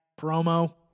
promo